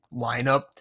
lineup